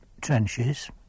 trenches